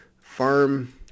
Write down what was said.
farm